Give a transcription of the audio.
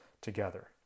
together